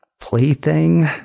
plaything